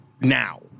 now